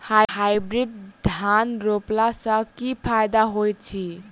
Hybrid धान रोपला सँ की फायदा होइत अछि?